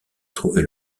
trouvait